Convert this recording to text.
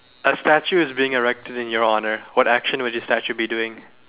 a statue is being erected in your honour what action should the statue be doing